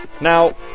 Now